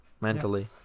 Mentally